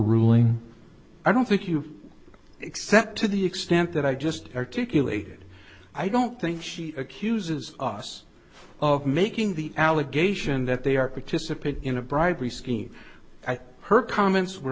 ruling i don't think you except to the extent that i just articulated i don't think she accuses us of making the allegation that they are participating in a bribery scheme at her comments were